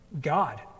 God